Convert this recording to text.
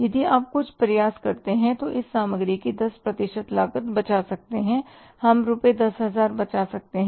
यदि आप कुछ प्रयास करते हैं तो हम सामग्री की 10 प्रतिशत लागत बचा सकते हैं हम रु 10000 बचा सकते हैं